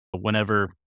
whenever